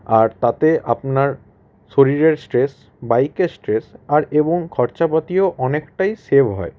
আর তাতে আপনার শরীরের স্ট্রেস বাইকের স্ট্রেস আর এবং খরচাপাতিও অনেকটাই সেভ হয়